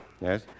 Yes